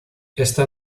esta